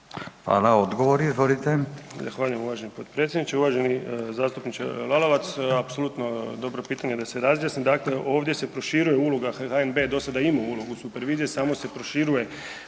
Zahvaljujem uvaženi potpredsjedniče. Uvaženi zastupniče Lalovac, apsolutno dobro pitanje da se razjasni. Dakle, ovdje se proširuje uloga, HNB je dosada imao ulogu supervizije, samo se proširuje